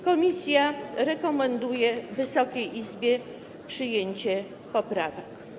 Komisja rekomenduje Wysokiej Izbie przyjęcie poprawek.